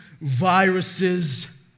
viruses